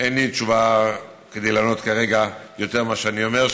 אין לי תשובה לענות כרגע יותר ממה שאני אומר,